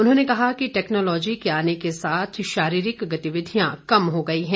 उन्होंने कहा कि टैक्नोलॉजी के आने के साथ शारीरिक गतिविधियां कम हो गई हैं